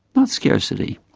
not scarcity.